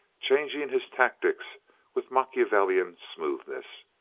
changing his tactics with machiavellian smoothness.